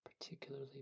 particularly